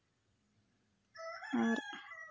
ᱟᱨ